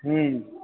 हूँ